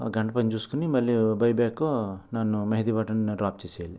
ఆ గంట పని చూసుకొని మళ్ళీ బై బ్యాకు నన్ను మళ్లీ మెహదీపట్నంలో డ్రాప్ చేసేయండి